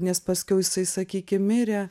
nes paskiau jisai sakykim mirė